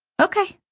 okay.